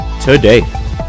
today